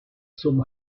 zum